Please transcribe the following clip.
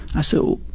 ah so,